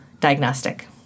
Diagnostic